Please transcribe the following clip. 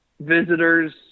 visitors